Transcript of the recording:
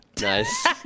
nice